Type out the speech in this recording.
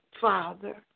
Father